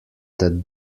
that